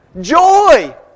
Joy